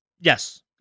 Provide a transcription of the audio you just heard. Yes